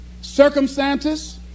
circumstances